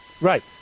Right